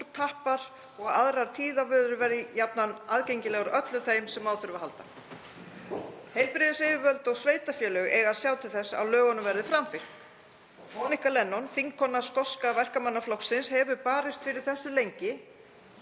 og aðrar tíðavörur verði jafnan aðgengilegar öllum þeim sem á þurfa að halda. Heilbrigðisyfirvöld og sveitarfélög eiga að sjá til þess að lögunum verði framfylgt. Monica Lennon, þingkona skoska Verkamannaflokksins, hefur barist fyrir þessu lengi